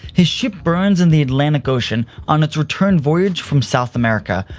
his ship burns in the atlantic ocean on its return voyage from south america,